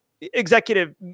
executive